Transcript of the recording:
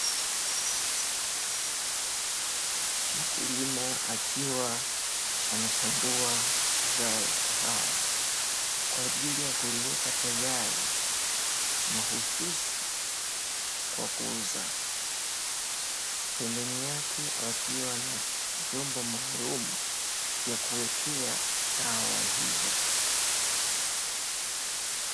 Mkulima akiwa anachambua zao la kahawa, kwajili ya kuliweka tayari mahususi kwa kuuza pembeni yake akiwa na vyombo maalumu vya kuwekea kahawa hio.